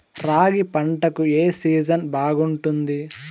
రాగి పంటకు, ఏ సీజన్ బాగుంటుంది?